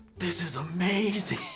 this is amazing!